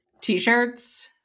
t-shirts